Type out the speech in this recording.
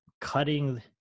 cutting